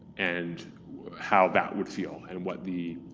and how that would feel, and what the